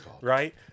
Right